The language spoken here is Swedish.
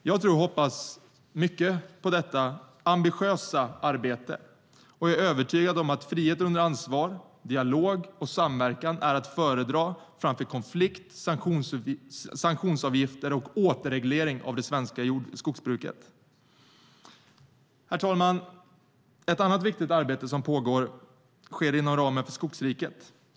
Jag tror och hoppas mycket på detta ambitiösa arbete och är övertygad om att frihet under ansvar, dialog och samverkan, är att föredra framför konflikt, sanktionsavgifter och återreglering av det svenska skogsbruket. Herr talman! Ett annat viktigt arbete som pågår sker inom ramen för Skogsriket.